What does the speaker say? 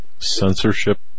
Censorship